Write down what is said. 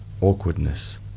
awkwardness